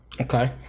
Okay